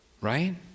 right